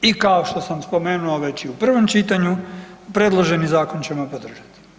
I kao što sam spomenuo već i u prvom čitanju, predloženi zakon ćemo podržati.